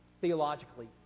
theologically